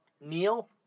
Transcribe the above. Neil